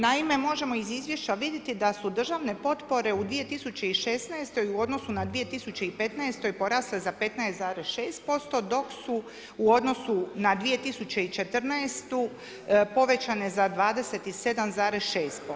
Naime, možemo iz izvješća vidjeti da su državne potpore u 2016. u odnosu na 2015. porasle za 15,6%, dok su u odnosu na 2014. povećane za 27,6%